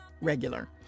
regular